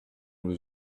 was